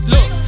Look